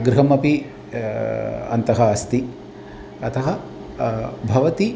गृहमपि अन्तः अस्ति अतः भवति